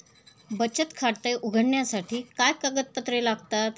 बचत खाते उघडण्यासाठी काय कागदपत्रे लागतात?